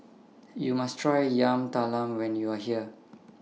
YOU must Try Yam Talam when YOU Are here